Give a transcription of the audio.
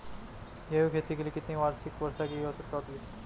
गेहूँ की खेती के लिए कितनी वार्षिक वर्षा की आवश्यकता होती है?